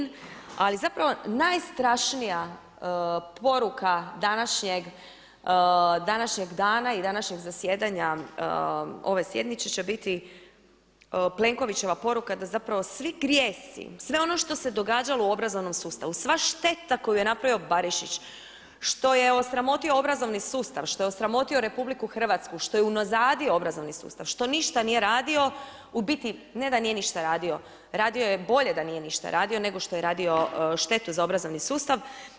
Ali zapravo najstrašnija poruka današnjeg dana i današnjeg zasjedanja ove sjednice će biti Plenkovićeva poruka da zapravo svi grijesi, sve ono što se događalo u obrazovnom sustavu, sva šteta koju je napravio Barišić, što je osramotio obrazovni sustav, što je osramotio Republiku Hrvatsku, što je unazadio obrazovni sustav, što ništa nije radio u biti ne da nije ništa radio radio je bolje da nije ništa radio nego što je radio štetu za obrazovni sustav.